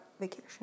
vacation